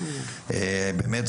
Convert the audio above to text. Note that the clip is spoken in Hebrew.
באמת,